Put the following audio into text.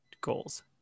goals